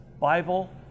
Bible